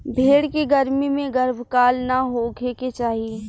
भेड़ के गर्मी में गर्भकाल ना होखे के चाही